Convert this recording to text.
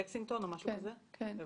כן.